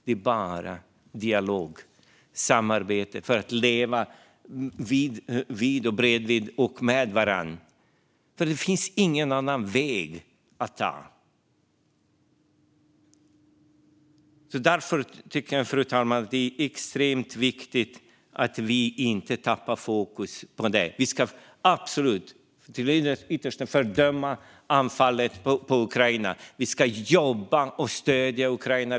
Det är bara dialog och samarbete för att man ska kunna leva bredvid och med varandra, för det finns ingen annan väg att ta. Därför, fru talman, tycker jag att det är extremt viktigt att vi inte tappar fokus på detta. Vi ska till det yttersta fördöma anfallet på Ukraina. Vi ska jobba för och stödja Ukraina.